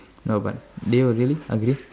no but do you really agree